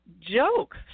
joke